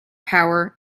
power